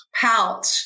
pouch